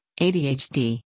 ADHD